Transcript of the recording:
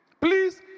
Please